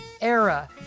era